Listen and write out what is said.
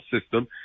system